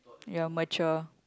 you're mature